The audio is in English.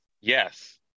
Yes